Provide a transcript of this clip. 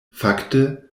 fakte